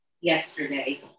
yesterday